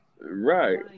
Right